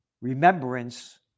remembrance